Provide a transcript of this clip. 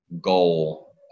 goal